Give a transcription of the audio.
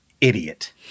idiot